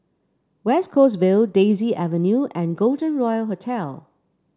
West Coast Vale Daisy Avenue and Golden Royal Hotel